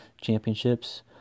championships